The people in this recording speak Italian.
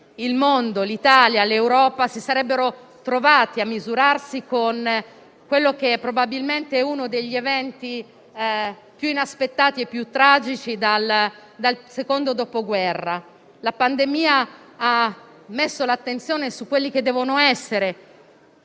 il mondo, l'Italia, l'Europa si sarebbero trovati a misurarsi con quello che è probabilmente uno degli eventi più inaspettati e tragici dal secondo Dopoguerra. La pandemia ha posto l'attenzione su quelli che devono essere